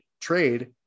trade